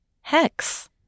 Hex